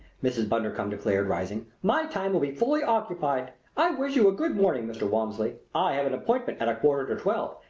mrs. bundercombe declared, rising. my time will be fully occupied. i wish you good morning, mr. walmsley. i have an appointment at a quarter to twelve.